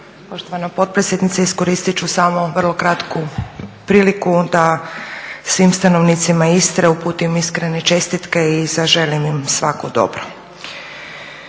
poštovana potpredsjednice iskoristit ću samo vrlo kratku priliku da svim stanovnicima Istre uputim iskrene čestitke i zaželim im svako dobro.